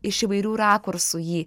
iš įvairių rakursų jį